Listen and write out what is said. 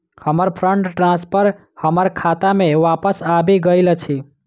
हमर fund transfer हमर खाता मे बापस आबि गइल अछि